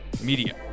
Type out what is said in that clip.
Media